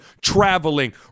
traveling